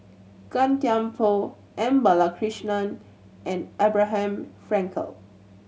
Gan Thiam Poh M Balakrishnan and Abraham Frankel